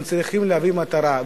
הוא צריך להביא למטרה.